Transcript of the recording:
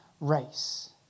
race